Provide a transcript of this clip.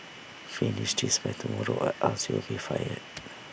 finish this by tomorrow or else you'll be fired